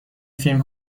فیلم